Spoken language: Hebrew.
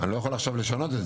אני רוצה להזכיר לכולנו,